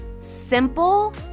simple